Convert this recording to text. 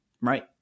right